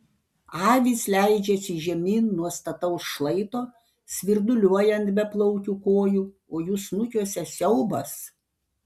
avys leidžiasi žemyn nuo stataus šlaito svirduliuoja ant beplaukių kojų o jų snukiuose siaubas